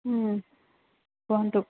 ହୁଁ କୁହନ୍ତୁ